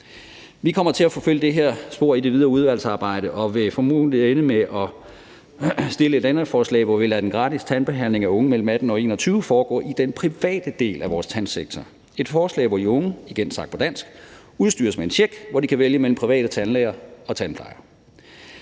Vi kommer til at forfølge det her spor i det videre udvalgsarbejde og vil formodentlig ende med at stille et ændringsforslag, hvor vi lader den gratis tandbehandling af unge mellem 18 og 21 år foregå i den private del af vores tandsektor, et forslag, hvor de unge – igen sagt på dansk – udstyres med en check og kan vælge mellem de private tandlæger og tandplejere.